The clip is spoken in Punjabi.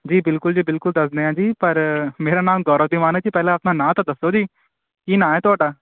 ਜੀ ਬਿਲਕੁਲ ਜੀ ਬਿਲਕੁਲ ਦੱਸਦੇ ਹਾਂ ਜੀ ਪਰ ਮੇਰਾ ਨਾਮ ਗੌਰਵ ਧੀਮਾਨ ਹੈ ਜੀ ਪਹਿਲਾਂ ਆਪਣਾ ਨਾਂ ਤਾਂ ਦੱਸੋ ਜੀ ਕੀ ਨਾਂ ਹੈ ਤੁਹਾਡਾ